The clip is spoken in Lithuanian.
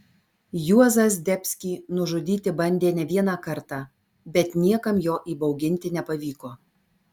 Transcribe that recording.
juozą zdebskį nužudyti bandė ne vieną kartą bet niekam jo įbauginti nepavyko